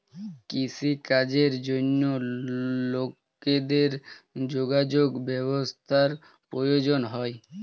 কৃষি কাজের জন্য লোকেদের যোগাযোগ ব্যবস্থার প্রয়োজন হয়